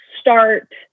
start